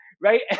Right